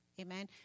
Amen